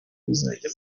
bizajya